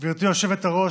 היושבת-ראש,